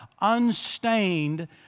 unstained